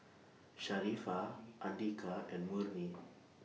Sharifah Andika and Murni